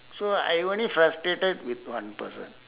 so I only frustrated with one person